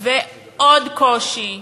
ועוד קושי.